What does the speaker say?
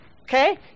okay